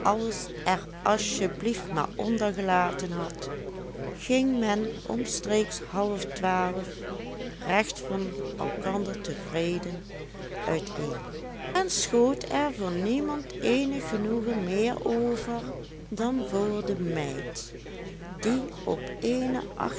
alles er asjeblieft maar onder gelaten had ging men omstreeks half twaalf recht van elkander tevreden uiteen en schoot er voor niemand eenig genoegen meer over dan voor de meid die op